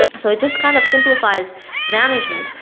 so it just kind of simplifies management.